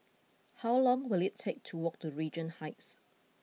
how long will it take to walk to Regent Heights